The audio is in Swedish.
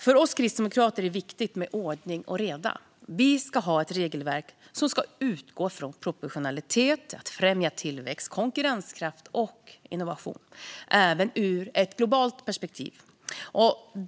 För oss kristdemokrater är det viktigt med ordning och reda. Vi ska ha ett regelverk som ska utgå från proportionalitet och främja tillväxt, konkurrenskraft och innovation, även ur ett globalt perspektiv.